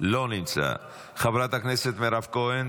לא נמצא, חברת הכנסת מירב כהן,